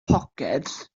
poced